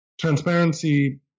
transparency